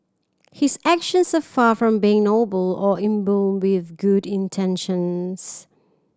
his actions are far from being noble or imbued with good intentions